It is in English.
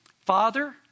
Father